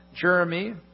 Jeremy